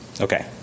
Okay